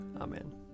Amen